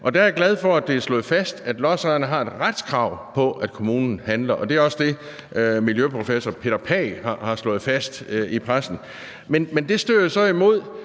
Der er jeg glad for, at det er slået fast, at lodsejerne har et retskrav på, at kommunen handler, og det er også det, miljøprofessor Peter Pagh har slået fast i pressen. Men det støder jo så imod